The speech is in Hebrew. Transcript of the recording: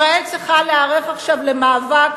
ישראל צריכה להיערך עכשיו למאבק